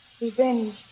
Revenge